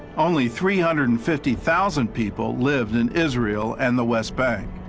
only three hundred and fifty thousand people lived in israel and the west bank.